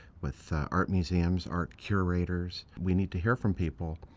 with art museums, art curators. we need to hear from people